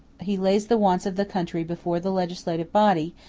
he lays the wants of the country before the legislative body,